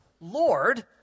Lord